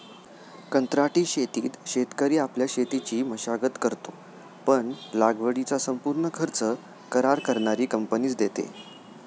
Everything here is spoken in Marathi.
कंत्राटी शेतीत शेतकरी आपल्या शेतीची मशागत करतो, पण लागवडीचा संपूर्ण खर्च करार करणारी कंपनीच देते